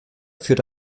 führt